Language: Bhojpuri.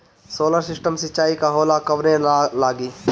सोलर सिस्टम सिचाई का होला कवने ला लागी?